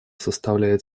составляет